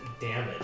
damage